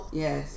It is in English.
yes